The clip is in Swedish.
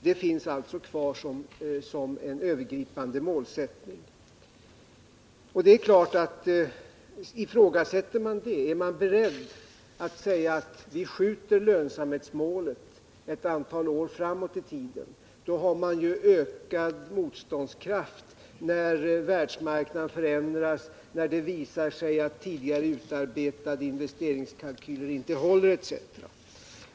Detta finns alltså kvar som en övergripande målsättning. Om man ifrågasätter detta och är beredd att säga att vi skall skjuta lönsamhetsmålet ett antal år framåt i tiden har man ökad motståndskraft när världsmarknaden förändras, när det visar sig att tidigare utarbetade investeringskalkyler inte håller etc.